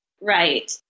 Right